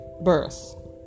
birth